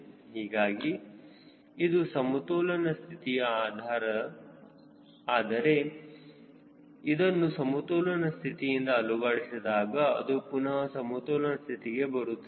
ಹೀಗಾಗಿ ಇದು ಸಮತೋಲನ ಸ್ಥಿತಿಯು ಆದರೆ ಇದನ್ನು ಸಮತೋಲನ ಸ್ಥಿತಿಯಿಂದ ಅಲುಗಾಡಿಸಿದಾಗ ಅದು ಪುನಹ ಸಮತೋಲನ ಸ್ಥಿತಿಗೆ ಬರುತ್ತದೆ